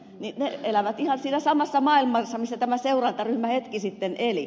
he elävät ihan siinä samassa maailmassa missä tämä seurantaryhmä hetki sitten eli